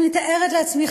אני מתארת לעצמי,